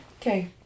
Okay